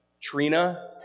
Trina